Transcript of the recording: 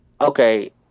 Okay